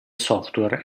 software